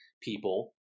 people